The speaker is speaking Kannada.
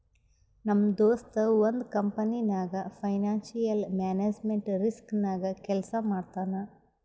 ನಮ್ ದೋಸ್ತ ಒಂದ್ ಕಂಪನಿನಾಗ್ ಫೈನಾನ್ಸಿಯಲ್ ಮ್ಯಾನೇಜ್ಮೆಂಟ್ ರಿಸ್ಕ್ ನಾಗೆ ಕೆಲ್ಸಾ ಮಾಡ್ತಾನ್